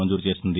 మంజూరు చేసింది